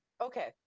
Okay